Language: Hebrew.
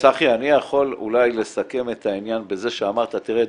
אני יכול אולי לסכם את העניין בזה שאמרת: תראה,